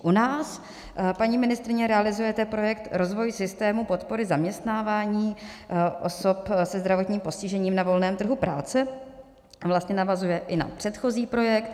U nás, paní ministryně, realizujete projekt rozvoj systému podpory zaměstnávání osob se zdravotním postižením na volném trhu práce, kde vlastně navazuje i na předchozí projekt.